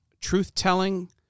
truth-telling